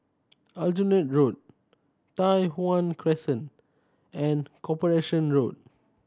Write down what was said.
Aljunied Road Tai Hwan Crescent and Corporation Road